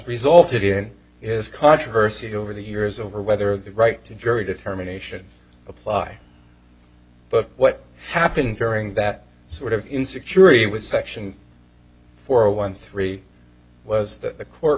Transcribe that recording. resulted in is controversy over the years over whether the right to jury determination apply but what happened during that sort of insecurity was section for a one three was that a court